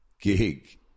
gig